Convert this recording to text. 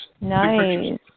Nice